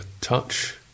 touch